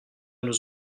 nos